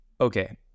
Okay